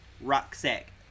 Rucksack